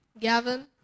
Gavin